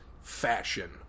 fashion